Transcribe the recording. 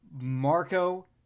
Marco